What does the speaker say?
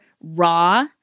Raw